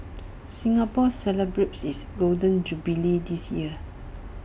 Singapore celebrates its Golden Jubilee this year